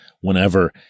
whenever